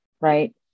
right